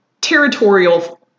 territorial